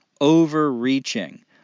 overreaching